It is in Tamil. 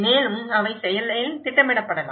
மேலும் அவை செயலில் திட்டமிடப்படலாம்